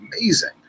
amazing